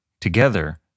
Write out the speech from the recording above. together